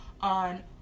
on